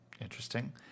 interesting